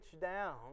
down